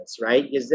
right